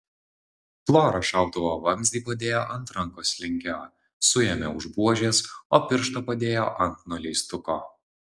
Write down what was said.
flora šautuvo vamzdį padėjo ant rankos linkio suėmė už buožės o pirštą padėjo ant nuleistuko